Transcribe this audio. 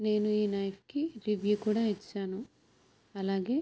నేను ఈ నైఫ్కి రివ్యూ కూడా ఇచ్చాను అలాగే